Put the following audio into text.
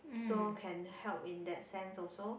so can help in that sense also